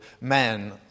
men